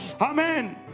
amen